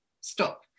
stop